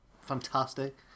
fantastic